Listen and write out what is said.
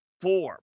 four